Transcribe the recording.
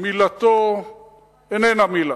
מילתו איננה מלה.